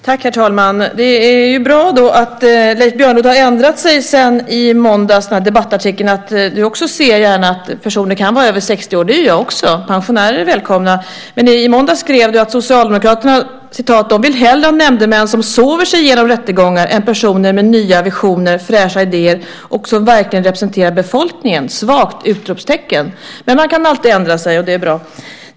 Herr talman! Det är bra att Leif Björnlod har ändrat sig sedan debattartikeln i måndags och gärna ser att personer kan vara över 60 år. Det gör jag också - pensionärer är välkomna. Men i måndags skrev du att Socialdemokraterna "vill hellre ha nämndemän som sover sig igenom rättegångar än personer med nya visioner, fräscha idéer och som verkligen representerar befolkningen. Svagt!" Men man kan alltid ändra sig, och det är bra.